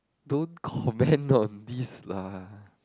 don't comment on this lah